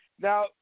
now